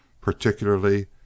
particularly